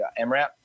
mrap